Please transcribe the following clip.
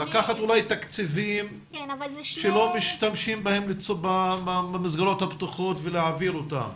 לקחת אולי תקציבים שלא משתמשים בהם במסגרות הפתוחים ולהעביר אותם.